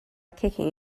kicking